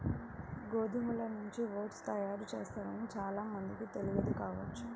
గోధుమల నుంచి ఓట్స్ తయారు చేస్తారని చాలా మందికి తెలియదు కావచ్చు